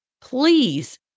Please